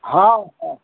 हँ हँ